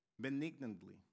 benignantly